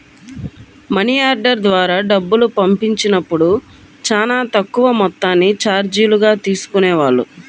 money order ద్వారా డబ్బులు పంపించినప్పుడు చానా తక్కువ మొత్తాన్ని చార్జీలుగా తీసుకునేవాళ్ళు